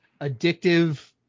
addictive